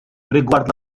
rigward